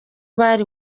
bari